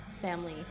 family